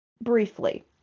briefly